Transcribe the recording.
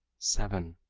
seven.